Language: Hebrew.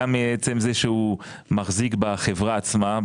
גם מעצם זה שהוא מחזיק בחברה עצמה,